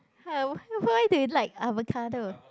!huh! why why they like avocado